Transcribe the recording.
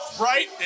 right